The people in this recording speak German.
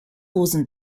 rosen